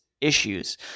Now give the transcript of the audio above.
issues